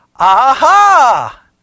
Aha